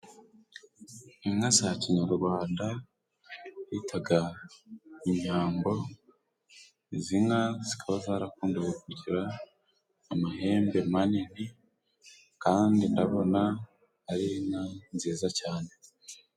Inka za kinyarwanda bitaga inyambo, izi nka zikaba zarakundaga kugira amahembe manini, kandi ndabona ari inka nziza cyane.